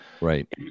right